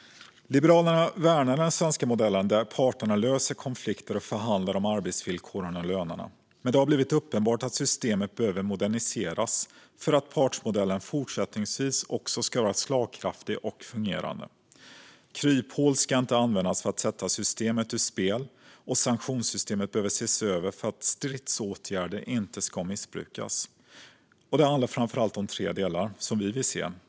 Liberalerna värnar den svenska modellen där parterna löser konflikter och förhandlar om arbetsvillkoren och lönerna. Men det har blivit uppenbart att systemet behöver moderniseras för att partsmodellen fortsättningsvis också ska vara slagkraftig och fungerande. Kryphål ska inte användas för att sätta systemet ur spel, och sanktionssystemet behöver ses över för att stridsåtgärder inte ska missbrukas. Det handlar framför allt om tre delar som vi vill se.